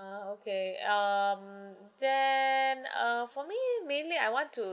ah okay um then uh for me mainly I want to